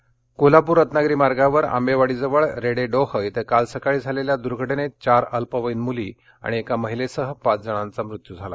दुर्घटना कोल्हापूर रत्नागिरी मार्गावर आंबेवाडीजवळ रेडे डोह इथं काल सकाळी झालेल्या दुर्घटनेत चार अल्पवयीन मुली आणि एका महिलेसह पाच जणांचा मृत्यू झाला